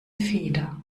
feder